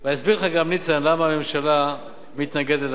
למה הממשלה מתנגדת להצעת החוק.